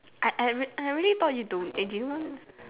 I I re~ I really thought you don't didn't want